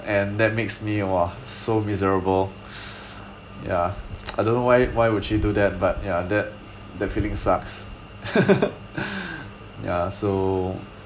and that makes me !wah! so miserable ya I don't know why why would she do that but ya that that feeling sucks ya so